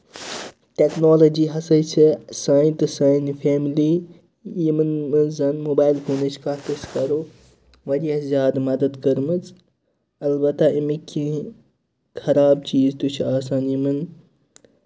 technology ہسا چھےٚ سانہِ تہٕ سانہِ فیٚملی یِمن منٛز زَن موبایِل فونٕچ کَتھ أسۍ کرو واریاہ زیادٕ مدتھ کٔرمٕژ اَلبتہٕ اَمِکۍ کیٚنٛہہ خراب چیٖز تہِ چھُ آسان یِمن